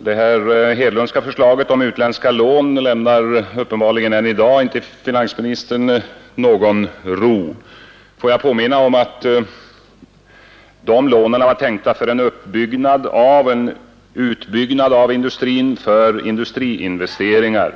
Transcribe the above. Det här Hedlundska förslaget om utländska lån lämnar uppenbarligen inte än i dag finansministern någon ro. Får jag påminna om att de lånen var tänkta för en utbyggnad av industrin, för industriinvesteringar.